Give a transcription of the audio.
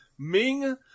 Ming